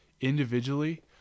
Individually